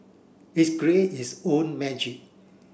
its create its own magic